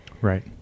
Right